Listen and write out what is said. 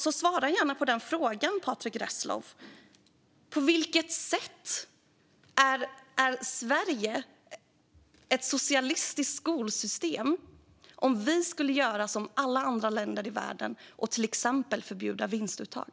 Svara gärna på frågan, Patrick Reslow! På vilket sätt har Sverige ett socialistiskt skolsystem om vi skulle göra som alla andra länder i världen och till exempel förbjuda vinstuttag?